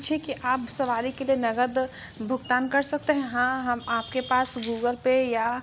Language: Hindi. पूछें कि आप सवारी के लिए नगद भुकतान कर सकते हैं हाँ हम आप के पास गूगल पे या